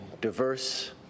diverse